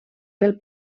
pel